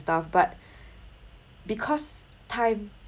stuff but because time